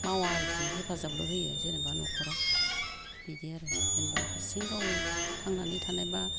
मावा आरखि हेफाजाबल' होयो जेनेबा नख'राव बिदि आरो जेनेबा हारसिं गाव थांनानै थानायब्ला